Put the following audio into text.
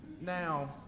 now